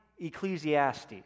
Ecclesiastes